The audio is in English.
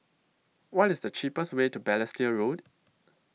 What IS The cheapest Way to Balestier Road